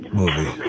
movie